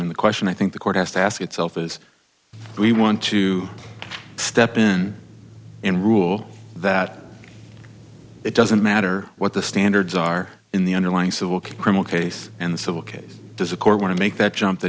and the question i think the court has to ask itself is we want to step in and rule that it doesn't matter what the standards are in the underlying civil criminal case and the civil case does a court want to make that jump